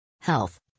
Health